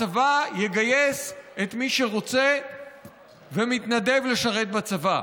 הצבא יגייס את מי שרוצה ומתנדב לשרת בצבא,